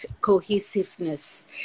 cohesiveness